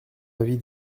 avis